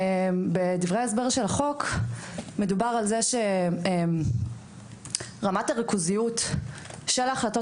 בדברי ההסבר של החוק מדובר על כך שרמת הריכוזיות של ההחלטות